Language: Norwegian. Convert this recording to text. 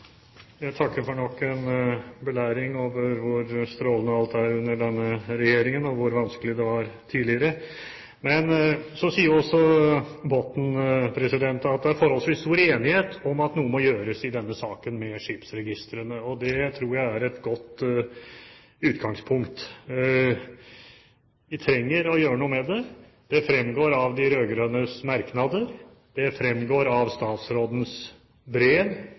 Jeg takker for nok en belæring over hvor strålende alt er under denne regjeringen, og hvor vanskelig det var tidligere. Botten sier at det er forholdsvis stor enighet om at noe må gjøres i denne saken med skipsregistrene, og det tror jeg er et godt utgangspunkt. Vi trenger å gjøre noe med det. Det fremgår av de rød-grønnes merknader, og det fremgår av statsrådens brev